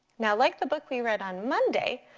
now like the book we read on monday,